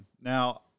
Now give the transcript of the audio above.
Now